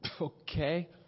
Okay